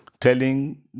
telling